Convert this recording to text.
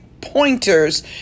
pointers